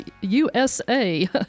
USA